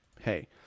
hey